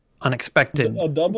unexpected